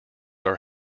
are